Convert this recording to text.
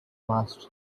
mast